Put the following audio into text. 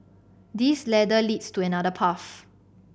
this ladder leads to another path